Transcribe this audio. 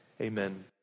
amen